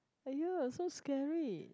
!aiyo! so scary